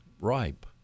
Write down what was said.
ripe